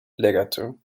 legato